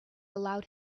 allowed